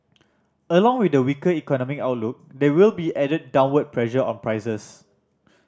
along with the weaker economic outlook there will be added downward pressure on prices